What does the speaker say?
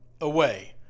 away